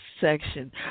section